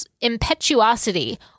impetuosity